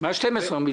מה 12 מיליארד?